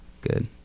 good